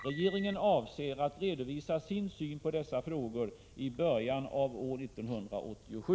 Regeringen avser att redovisa sin syn på dessa frågor i början av år 1987.